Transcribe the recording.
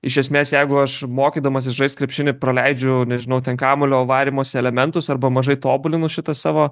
iš esmės jeigu aš mokydamasis žaist krepšinį praleidžiu nežinau ten kamuolio varymosi elementus arba mažai tobulinu šitą savo